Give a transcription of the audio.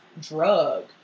drug